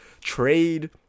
trade